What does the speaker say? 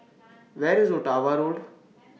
Where IS Ottawa Road